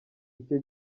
icyo